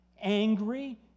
angry